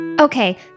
Okay